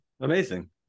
Amazing